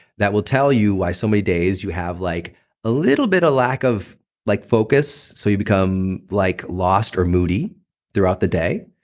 that will tell you why so many days you have like a little bit of lack of like focus so you become like lost or moody throughout the day.